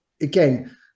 again